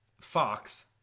Fox